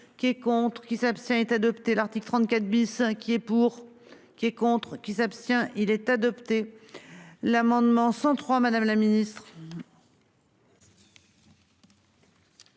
Qui est contre qui s'abstient est adopté l'article 34 bis inquiet pour qui est contre qui s'abstient il est adopté. L'amendement 103 Madame la Ministre.